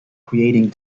creating